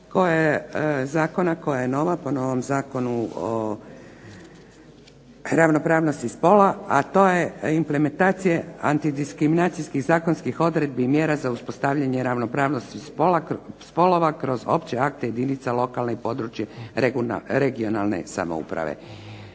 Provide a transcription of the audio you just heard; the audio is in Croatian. koja je nova po novom Zakonu o ravnopravnosti spolova, a to je implementacija antidiskriminacijskih zakonskih odredbi i mjera za uspostavljanje ravnopravnosti spolova kroz opće akte jedinica lokalne i područne (regionalne) samouprave.